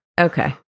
okay